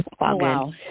wow